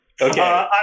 okay